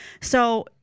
So-